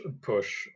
push